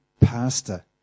pastor